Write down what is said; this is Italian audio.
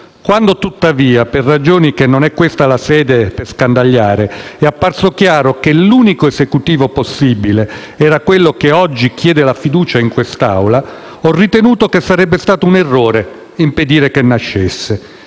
Quando tuttavia, per ragioni che non è questa la sede per scandagliare, è apparso chiaro che l'unico Esecutivo possibile era quello che oggi chiede la fiducia in quest'Aula, ho ritenuto che sarebbe stato un errore impedire che nascesse.